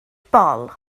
bol